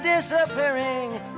Disappearing